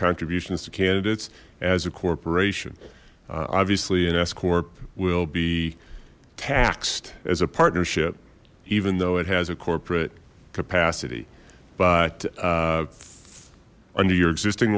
contributions to candidates as a corporation obviously an s corp will be taxed as a partnership even though it has a corporate capacity under your existing